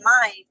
mind